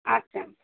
আচ্ছা